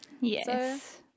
Yes